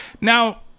Now